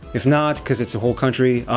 if not, cause it's a whole country,